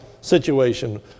situation